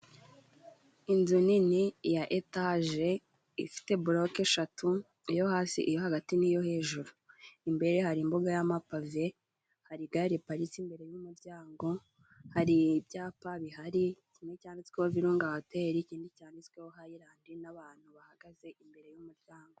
Inzu nini ya etaje ifite buloke eshatu, iyo hasi, iyo hagati n'iyo hejuru. Imbere hari imbuga y'amapave, hari igare riparitse imbere y'umuryango, hari ibyapa bihari, kimwe cyanditsweho virunga hoteli, ikindi cyanditsweho hayilandi, n'abantu bahagaze imbere y'umuryango.